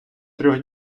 трьох